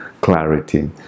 clarity